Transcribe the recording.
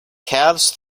calves